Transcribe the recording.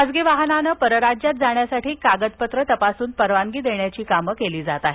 खाजगी वाहनानं परराज्यात जाण्यासाठी कागदपत्र तपासून परवानगी देण्याची कामं केली जात आहेत